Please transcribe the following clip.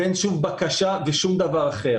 ואין שום בקשה ושום דבר אחר